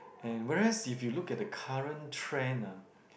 and whereas if you look at the current trend ah